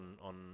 on